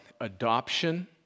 adoption